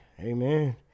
amen